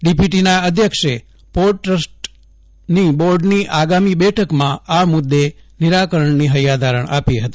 ડીપીટીના અધ્યક્ષે પોર્ટ ટ્રસ્ટની બોર્ડની આગામી બેઠકમાં આ મુદ્દે નિરાકરણની હૈયાધારણ આપી હતી